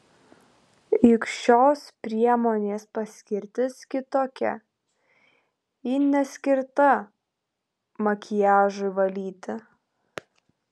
juk šios priemonės paskirtis kitokia ji neskirta makiažui valyti